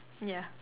ya